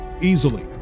easily